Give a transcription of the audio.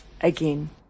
again